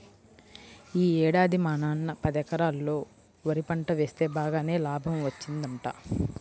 యీ ఏడాది మా నాన్న పదెకరాల్లో వరి పంట వేస్తె బాగానే లాభం వచ్చిందంట